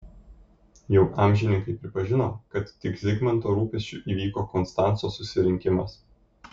jau amžininkai pripažino kad tik zigmanto rūpesčiu įvyko konstanco susirinkimas